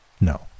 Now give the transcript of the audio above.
No